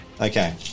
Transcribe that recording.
Okay